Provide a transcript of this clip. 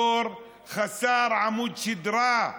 דור חסר עמוד שדרה,